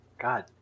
God